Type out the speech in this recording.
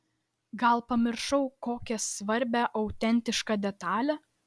gal pamiršau kokią svarbią autentišką detalę